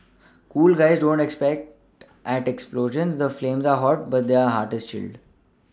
cool guys don't look at explosions the flames are hot but their heart is chilled